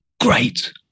great